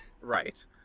Right